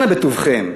אנא בטובכם,